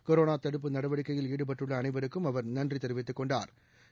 corona தடுப்பு நடவடிக்கையில் ஈடுபட்டுள்ள அனைவருக்கும் அவர் நன்றி தெரிவித்துக் கொண்டாா்